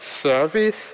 service